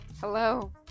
Hello